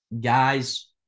guys